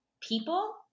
people